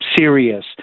serious